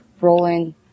rolling